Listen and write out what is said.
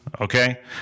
okay